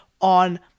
on